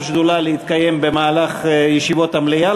שדולה לקיים ישיבה במהלך ישיבות המליאה,